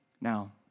Now